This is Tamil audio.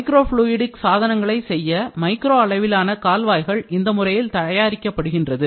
micro fluidic சாதனங்களை செய்ய மைக்ரோ அளவிலான கால்வாய்கள் இந்த முறையில் தயாரிக்கப்படுகின்றது